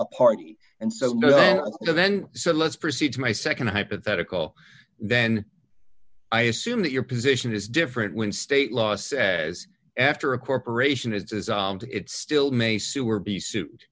a party and so then so let's proceed to my nd hypothetical then i assume that your position is different when state law says after a corporation is as it still may sue or be suit